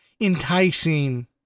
enticing